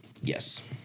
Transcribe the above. yes